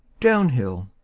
downhill.